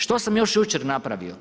Što sam još jučer napravio?